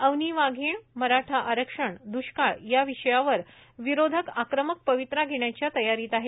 अवनी वाघीण मराठा आरक्षण द्ष्काळ या विषयावर विरोधक आक्रमक पवित्रा घेण्याच्या तयारीत आहेत